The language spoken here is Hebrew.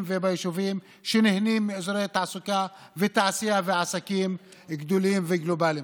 וביישובים שנהנים מאזורי תעסוקה ותעשייה ועסקים גדולים וגלובליים.